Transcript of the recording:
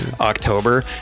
October